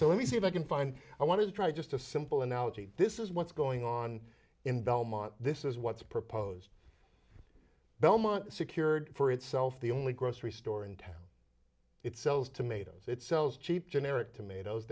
so let me see if i can find i want to try just a simple analogy this is what's going on in belmont this is what's proposed belmont secured for itself the only grocery store in town it sells tomatoes it sells cheap generic tomatoes